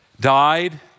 died